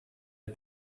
est